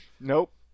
Nope